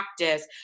practice